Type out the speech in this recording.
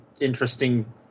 interesting